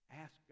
Ask